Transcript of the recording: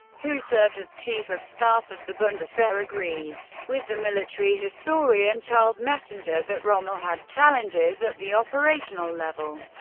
who served as chief of staff of the bundeswehr, agrees with the military historian charles messenger that rommel had challenges at the operational level,